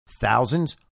thousands